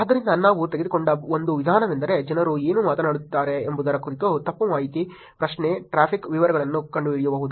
ಆದ್ದರಿಂದ ನಾವು ತೆಗೆದುಕೊಂಡ ಒಂದು ವಿಧಾನವೆಂದರೆ ಜನರು ಏನು ಮಾತನಾಡುತ್ತಿದ್ದಾರೆ ಎಂಬುದರ ಕುರಿತು ತಪ್ಪು ಮಾಹಿತಿ ಪ್ರಶ್ನೆ ಟ್ರಾಫಿಕ್ ವಿವರಗಳನ್ನು ಕಂಡುಹಿಡಿಯುವುದು